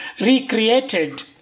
recreated